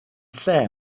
lle